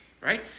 right